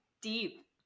Deep